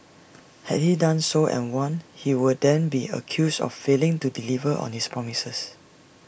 had he done so and won he would then be accused of failing to deliver on his promises